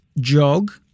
jog